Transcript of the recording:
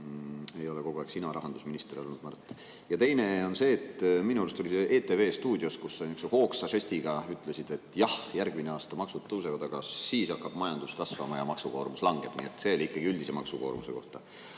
ei ole kogu aeg sina rahandusminister olnud, Mart. Teine on see: minu arust oli see ETV stuudios, kus sa niukse hoogsa žestiga ütlesid, et jah, järgmine aasta maksud tõusevad, aga siis hakkab majandus kasvama ja maksukoormus langeb. Nii et see oli ikkagi üldise maksukoormuse kohta. Mu